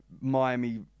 Miami